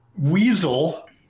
weasel